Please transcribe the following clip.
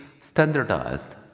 standardized